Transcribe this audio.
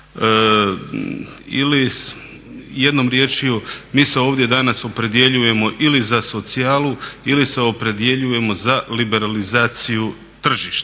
Ili jednom riječju mi se ovdje danas opredjeljujemo ili za socijalu ili se opredjeljujemo za liberalizaciju tržišta.